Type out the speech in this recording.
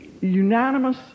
unanimous